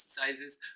exercises